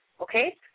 okay